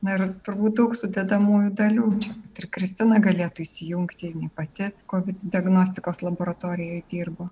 na ir turbūt daug sudedamųjų dalių čia ir kristina galėtų įsijungti ji pati kovid diagnostikos laboratorijoj dirbo